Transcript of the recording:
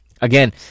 again